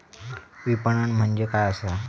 विपणन म्हणजे काय असा?